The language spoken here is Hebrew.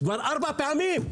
כבר ארבע פעמים,